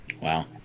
Wow